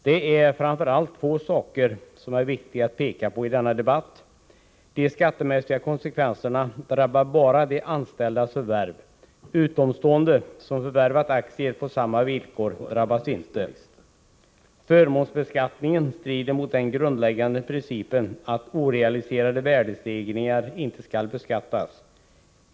Det är framför allt två saker som är viktiga att peka på i denna debatt. De skattemässiga konsekvenserna drabbar bara de anställdas förvärv. Utomstående, som förvärvat aktier på samma villkor, drabbas inte. Förmånsbeskattningen strider mot den grundläggande principen att orealiserade värdestegringar inte skall beskattas.